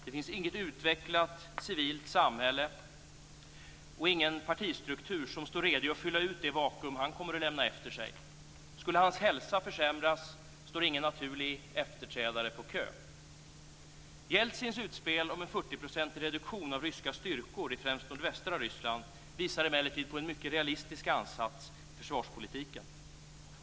Det finns inget utvecklat civilt samhälle och ingen partistruktur som står redo att fylla ut det vakuum han kommer att lämna efter sig. Skulle hans hälsa försämras står ingen naturlig efterträdare på kö. Jeltsins utspel om en 40 procentig reduktion av ryska styrkor i främst nordvästra Ryssland visar emellertid på en mycket realistisk ansats i försvarspolitiken.